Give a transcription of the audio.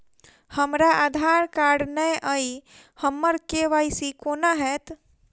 हमरा आधार कार्ड नै अई हम्मर के.वाई.सी कोना हैत?